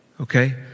okay